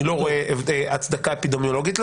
אני לא רואה הצדקה אפידמיולוגית.